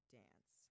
dance